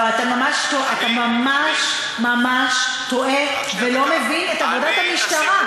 אתה ממש ממש טועה ולא מבין את עבודת המשטרה.